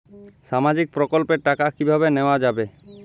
সামাজিক প্রকল্পের টাকা কিভাবে নেওয়া যাবে?